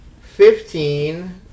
Fifteen